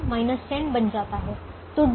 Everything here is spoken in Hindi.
इसलिए v1 10 बन जाता है